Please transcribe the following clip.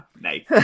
Nice